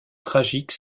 tragique